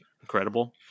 incredible